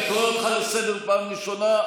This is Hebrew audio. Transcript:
אני קורא אותך לסדר פעם ראשונה.